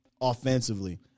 offensively